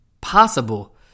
possible